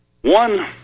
One